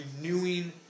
renewing